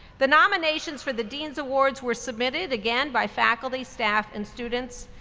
the nominations for the dean's awards were submitted again by faculty, staff, and students.